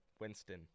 Winston